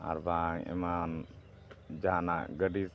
ᱟᱨ ᱵᱟᱝ ᱮᱢᱟᱱ ᱡᱟᱦᱟᱱᱟᱜ ᱜᱟᱹᱰᱤ